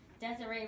Desiree